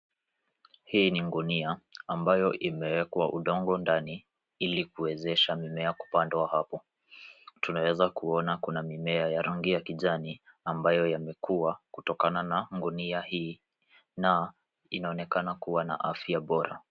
Hii ni gunia ambayo imewekwa udongo ndani ili kuwezesha mimea kupandwa hapo. Tunaweza kuona kuna mimea ya rangi ya kijani ambayo yamekua kutokana na gunia hii na inaonekana kuwa na afya bora.